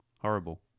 Horrible